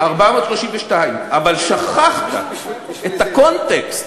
432. אבל שכחת את הקונטקסט,